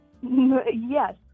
Yes